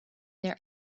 their